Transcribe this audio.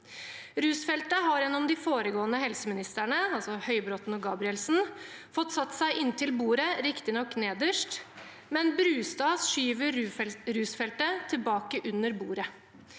Rusfeltet har gjennom de foregående helseministrene – altså Høybråten og Gabrielsen –fått satt seg inntil bordet, riktignok nederst, men Brustad skyver rusfeltet tilbake under bordet.